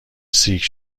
سیرک